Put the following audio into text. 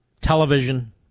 Television